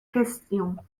questions